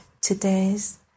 today's